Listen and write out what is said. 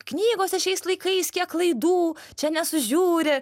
knygose šiais laikais kiek klaidų čia nesužiūri